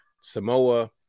Samoa